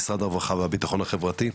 משרד הרווחה והביטחון החברתי.